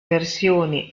versioni